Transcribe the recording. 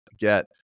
get